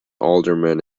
alderman